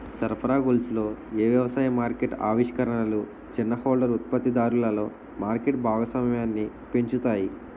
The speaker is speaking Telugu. సరఫరా గొలుసులలో ఏ వ్యవసాయ మార్కెట్ ఆవిష్కరణలు చిన్న హోల్డర్ ఉత్పత్తిదారులలో మార్కెట్ భాగస్వామ్యాన్ని పెంచుతాయి?